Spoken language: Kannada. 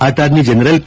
ಅಣಾರ್ನಿ ಜನರಲ್ ಕೆ